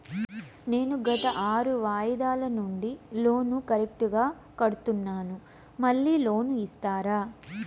నేను గత ఆరు వాయిదాల నుండి లోను కరెక్టుగా కడ్తున్నాను, మళ్ళీ లోను ఇస్తారా?